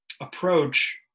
approach